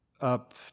up